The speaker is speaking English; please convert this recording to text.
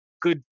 good